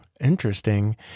interesting